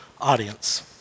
audience